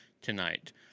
tonight